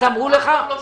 נכון.